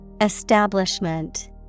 Establishment